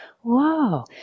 whoa